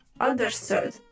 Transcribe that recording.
Understood